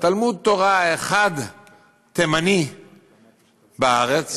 תלמוד-תורה אחד תימני בארץ,